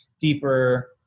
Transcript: deeper